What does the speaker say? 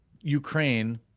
Ukraine